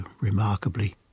remarkably